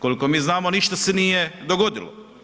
Koliko mi znamo, ništa se nije dogodilo.